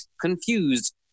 confused